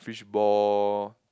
fishball